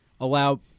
allow